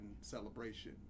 celebration